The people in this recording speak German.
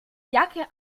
jacke